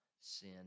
sin